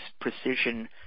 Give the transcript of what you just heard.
precision